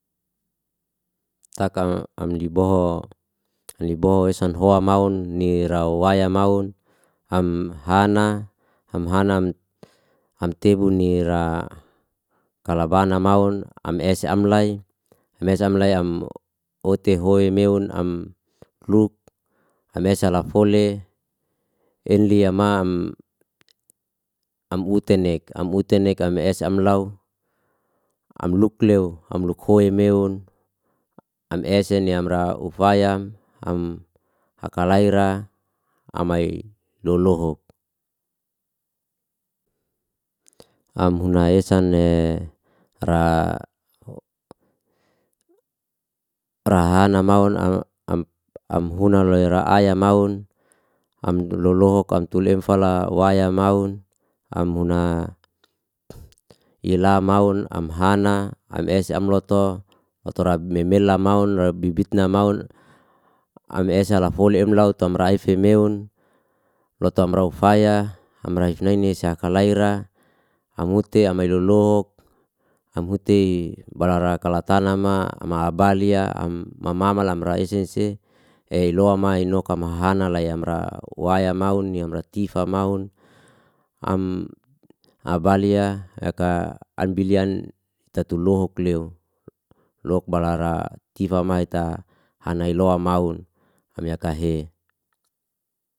Tak am diboho, am diboho esan hoa maun ni rawaya maun, am hana am hana am tebu ni ra kalabana maun am ese am lai am ote hoe meun am ruk, am esela fole enli yamam. Am utenek am utenek am ese am lau am luk leu, am luk hoe meun, am ese ni amra ufaya, am aka laira, amai loloho. Am huna esan ra hana maun, am huna loi ra aya maun, am lolohok am tuleu fala waya maun, am una ila maun, am hana, am es am loto oto ra memela maun, robibit na maun, am esa la foli em laut tomra efemeun, lotom rau faya, am raif naini siaka laira, am hute am ilolok, am hute barara kala tamana, ama abalia, am mam mama lamra esese, eiloama inoka mahana layamra waya maun yamra tifa maun, am abalia yaka ambilyan tatu lohok leu lok barara tifa mai ta hana iloa maun am yaka he.